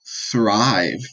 thrive